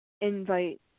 invite